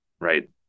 right